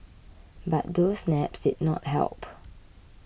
but those naps did not help